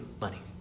money